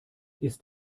ist